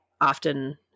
often